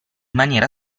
maniera